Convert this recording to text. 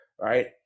right